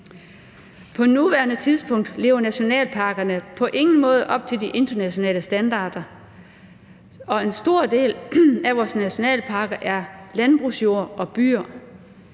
På nuværende tidspunkt lever nationalparkerne på ingen måde op til de internationale standarder, og en stor del af vores nationalparker er landbrugsjord og byer.